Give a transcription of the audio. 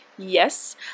yes